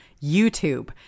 YouTube